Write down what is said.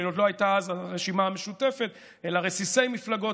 שעוד לא הייתה אז הרשימה המשותפת אלא רסיסי מפלגות,